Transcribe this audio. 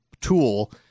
tool